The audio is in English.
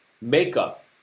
makeup